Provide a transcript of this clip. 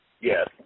Yes